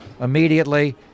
immediately